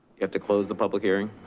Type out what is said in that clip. you have to close the public hearing.